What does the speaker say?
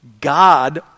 God